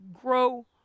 grow